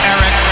Eric